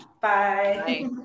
bye